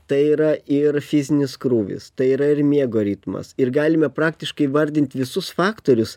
tai yra ir fizinis krūvis tai yra ir miego ritmas ir galime praktiškai vardint visus faktorius